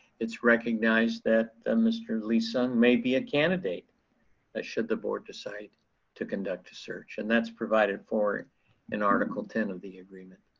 it's recognized that mr. lee-sung may be a candidate should the board decide to conduct search. and that's provided for in article ten of the agreement.